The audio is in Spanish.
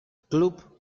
club